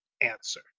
answer